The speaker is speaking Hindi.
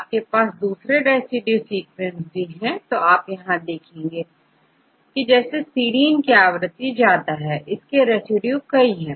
आपके पास दूसरे रेसिड्यू सीक्वेंस भी है यहां आप देखेंगे की SERINE की आवृत्ति ज्यादा है इसके रेसिड्यू कई है